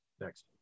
next